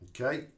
Okay